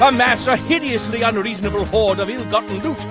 amass a hideously unreasonable horde of ill-gotten loot,